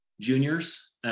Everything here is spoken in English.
juniors